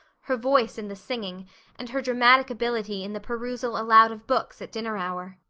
her voice in the singing and her dramatic ability in the perusal aloud of books at dinner hour.